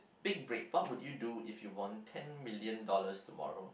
big break what would you do if you won ten million dollars tomorrow